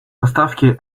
поставки